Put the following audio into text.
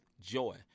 joy